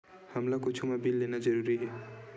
हमला कुछु मा बिल लेना जरूरी हे?